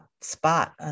spot